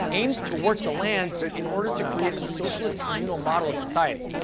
aimed to work the land in order to create a socialist communal model of society.